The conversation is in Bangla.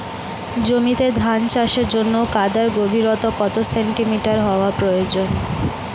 জমিতে ধান চাষের জন্য কাদার গভীরতা কত সেন্টিমিটার হওয়া প্রয়োজন?